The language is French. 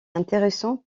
intéressant